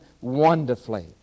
wonderfully